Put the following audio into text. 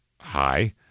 hi